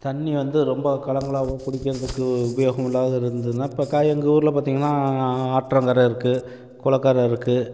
தண்ணி வந்து ரொம்ப கலங்களாகவும் குடிக்கிறதுக்கு உபயோகம் இல்லாத இருந்துதுன்னா இப்போ கா எங்கள் ஊரில் பார்த்திங்கன்னா ஆற்றங்கரை இருக்குது குளக்கர இருக்குது